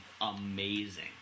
amazing